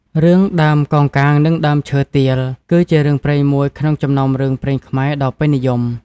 រឿង ដើមកោងកាងនិងដើមឈើទាល គឺជារឿងព្រេងមួយក្នុងចំណោមរឿងព្រេងខ្មែរដ៏ពេញនិយម ។